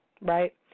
right